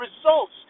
results